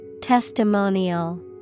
Testimonial